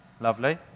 Lovely